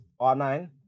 R9